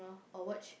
or watch